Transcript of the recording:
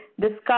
discuss